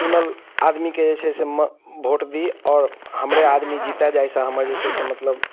चुनल आदमीकेँ जे छै से भोट दी आओर हमरे आदमी जीतैत जाहिसँ हमर जे छै से मतलब